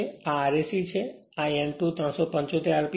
આ Rse છે અને આ n2 375 rpm છે